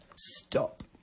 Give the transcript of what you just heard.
Stop